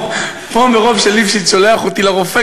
פה מרוב שליפשיץ שולח אותי לרופא,